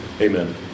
Amen